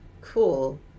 cool